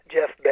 Jeff